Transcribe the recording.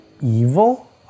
evil